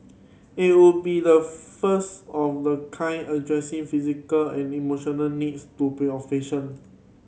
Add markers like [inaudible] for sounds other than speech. it would be the first of the kind addressing physical and emotional needs to [unintelligible]